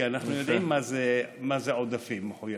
כי אנחנו יודעים מה זה עודפים מחויבים,